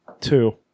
two